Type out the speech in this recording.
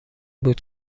بود